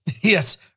yes